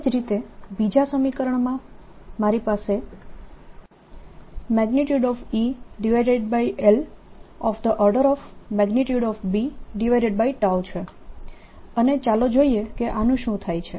એ જ રીતે બીજા સમીકરણમાં મારી પાસે ElB છે અને ચાલો જોઈએ કે આનું શું થાય છે